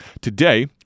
today